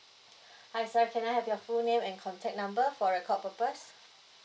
hi sir can I have your full name and contact number for record purpose